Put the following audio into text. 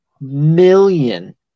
million